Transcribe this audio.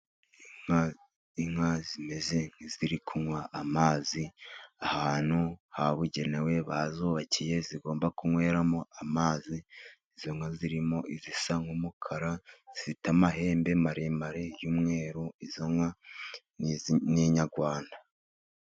Inka zimeze nk'iziri kunywa amazi ahantu habugenewe bazubakiye zigomba kunyweramo amazi . Izo nka zirimo izisa nk'umukara zifite amahembe maremare y'umweru izo nka ni Inyarwanda.